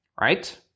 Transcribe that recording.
right